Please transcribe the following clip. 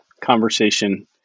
conversation